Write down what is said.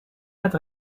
het